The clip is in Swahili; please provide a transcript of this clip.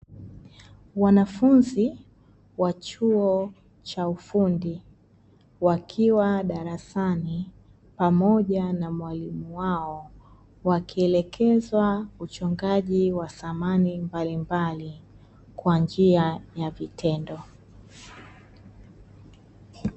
Wanafunzi wa chuo cha ufundi wakiwa darasani pamoja na mwalimu wao wakielekezwa uchongaji wa samani mbalimbali kwa njia ya vitendo.